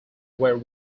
were